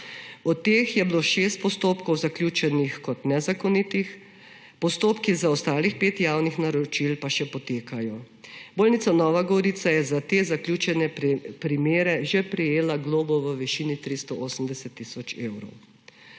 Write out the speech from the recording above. Od teh je bilo 6 postopkov zaključenih kot nezakonitih, postopki za ostalih 5 javnih naročil pa še potekajo. Bolnica Nova Gorica je za te zaključene primere že prejela globo v višini 380 tisoč evrov.